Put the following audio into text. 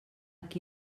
qui